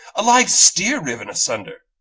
a live steer riven asunder,